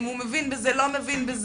אם הוא מבין בזה או לא מבין בזה,